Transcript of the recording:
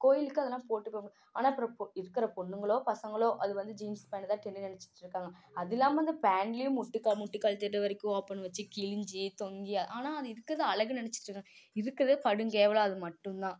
கோவிலுக்கு அதெல்லாம் போட்டுக்கங்க ஆனால் இருக்கிற பொண்ணுங்களோ பசங்களோ அது வந்து ஜீன்ஸ் பேண்டு தான் ட்ரெண்டுன்னு நெனைச்சிட்ருக்காங்க அதில்லாம இந்த பேண்ட்டுலையும் முட்டிக்கால் முட்டிக்கால் தெரிற வரைக்கும் ஓபன் வெச்சு கிழிஞ்சி தொங்கி ஆனால் அது இருக்கிறது அழகு நெனைச்சிட்ருக்காங்க இருக்கிறதுலே படுங்கேவலம் அது மட்டும் தான்